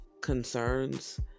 concerns